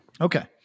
okay